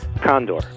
Condor